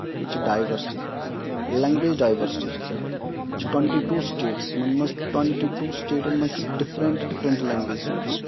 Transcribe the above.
ییٚتہِ چھِ ڈایؤرسٹی زیادٕ لینگویج ڈایؤرسٹی چھِ زیادٕ ییٚتہِ چھِ ٹُونٹی ٹوٗ سِٹیٹٕس یِمن منٛز ٹُونٹی ٹوٗ سِٹیٹن منٛز چھِ ڈِفرنٹ ڈِفرنٹ لینگویجز یِوان بولنہٕ